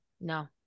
no